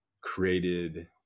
created